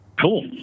Cool